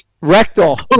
Rectal